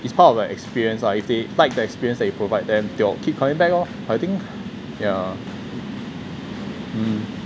it's part of a experience lah if they like the experience that you provide them they'll keep coming back lor I think yeah